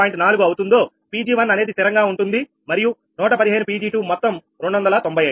4 అవుతుందో Pg1 అనేది స్థిరంగా ఉంటుంది మరియు 115 Pg2 మొత్తం 295